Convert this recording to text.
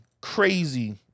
crazy